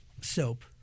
soap